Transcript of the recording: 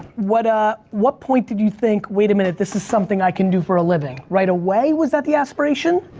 what ah what point did you think, wait a minute, this is something i can do for a living? right away was that the aspiration?